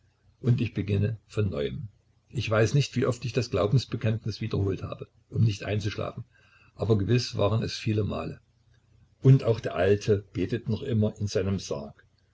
und beginne von neuem ich weiß nicht wie oft ich das glaubensbekenntnis wiederholt habe um nicht einzuschlafen aber gewiß waren es viele male und auch der alte betet noch immer in seinem sarge